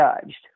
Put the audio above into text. judged